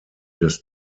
des